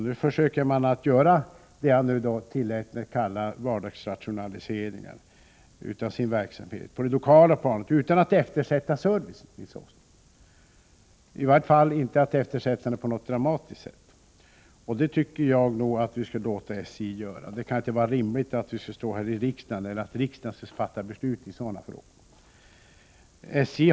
Nu försöker man att genomföra vad jag tillät mig att kalla vardagsrationaliseringar av sin verksamhet på det lokala planet, utan att eftersätta servicen — i varje fall utan att eftersätta den på något dramatiskt sätt. Detta tycker jag att vi skall låta SJ göra. Det kan inte vara rimligt att riksdagen skall fatta beslut i sådana frågor.